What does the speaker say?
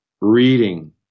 reading